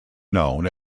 known